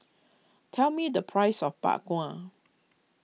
tell me the price of Bak Kwa